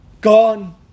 Gone